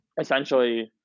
essentially